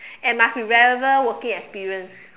and must be relevant working experience